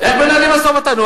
איך מנהלים משא-ומתן?